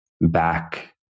back